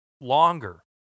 longer